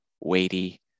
weighty